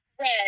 Red